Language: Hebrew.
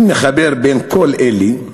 אם נחבר את כל אלה,